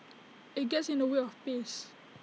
IT gets in the way of peace